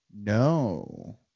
no